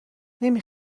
نمی